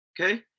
Okay